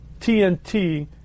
TNT